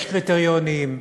יש קריטריונים,